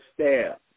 staff